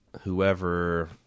Whoever